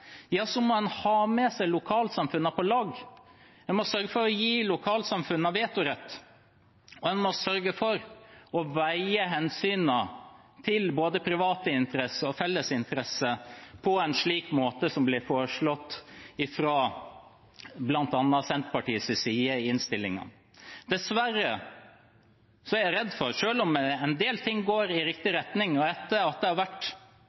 må en sørge for å ha med seg lokalsamfunnene på laget. En må sørge for å gi lokalsamfunnene vetorett, og en må sørge for å veie hensynene til både private interesser og felles interesser på en slik måte som foreslått fra bl.a. Senterpartiets side i innstillingen. Dessverre er jeg redd for, selv om en del ting går i riktig retning – det har vært